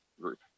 group